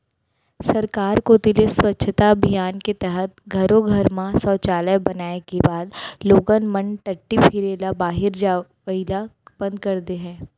सरकार कोती ले स्वच्छता अभियान के तहत घरो घर म सौचालय बनाए के बाद लोगन मन टट्टी फिरे ल बाहिर जवई ल बंद कर दे हें